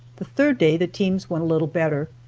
the third day the teams went a little better,